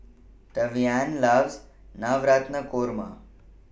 Tavian loves Navratan Korma